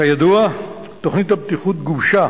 כידוע, תוכנית הבטיחות גובשה